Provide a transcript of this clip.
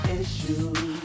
issues